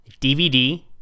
dvd